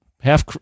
half